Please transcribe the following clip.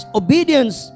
obedience